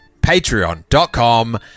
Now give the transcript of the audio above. patreon.com